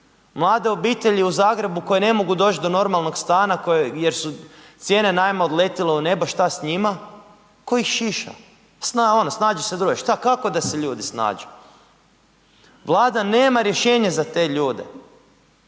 Mlade obitelji u Zagrebu koje ne mogu doći do normalnog stana jer su cijene najma odletjele u nebo, šta s njima, tko ih šiša. Ono snađi se druže, šta, kao da se ljudi snađu? Vlada nema rješenje za te ljude.